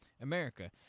America